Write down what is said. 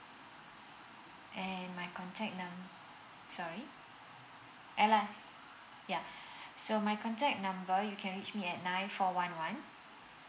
and my contact num~ sorry yeah so my contact number you can reach me at nine four one one